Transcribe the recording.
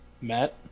Matt